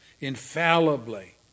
Infallibly